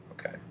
Okay